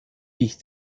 ich